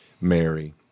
Mary